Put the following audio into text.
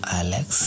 alex